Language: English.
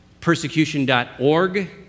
persecution.org